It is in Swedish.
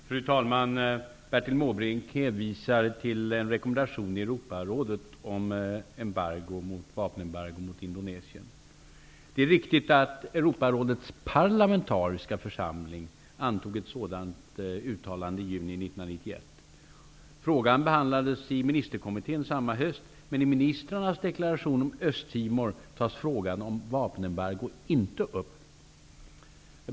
Fru talman! Bertil Måbrink hänvisar till en rekommendation i Europarådet om ett vapenembargo mot Indonesien. Det är riktigt att Europarådets parlamentariska församling antog ett sådant uttalande i juni 1991. Frågan behandlades i ministerkommittén samma höst. Men i ministrarnas deklaration om Östtimor tas frågan om vapenembargot inte upp.